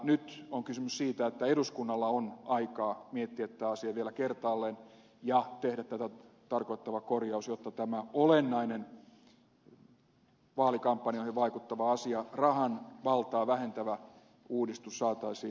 nyt on kysymys siitä että eduskunnalla on aikaa miettiä tätä asiaa vielä kertaalleen ja tehdä tätä tarkoittava korjaus jotta tämä olennainen vaalikampanjoihin vaikuttava asia rahan valtaa vähentävä uudistus saataisiin tehtyä